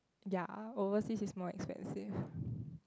ya overseas is more expensive